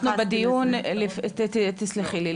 אנחנו בדיון, תסלחי לי.